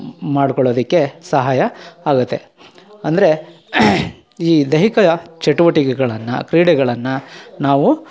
ಮಾಡ್ಕೊಳೋದಕ್ಕೆ ಸಹಾಯ ಆಗುತ್ತೆ ಅಂದರೆ ಈ ದೈಹಿಕ ಚಟುವಟಿಕೆಗಳನ್ನು ಕ್ರೀಡೆಗಳನ್ನು ನಾವು